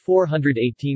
418%